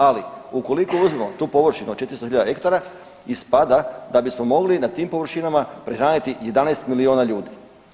Ali ukoliko uzmemo tu površinu od 400 hiljada hektara ispada da bismo mogli na tim površinama prehraniti 11 milijuna ljudi.